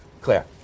Claire